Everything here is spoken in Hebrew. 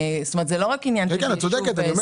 את צודקת.